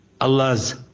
Allah's